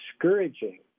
discouraging